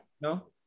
No